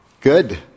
Good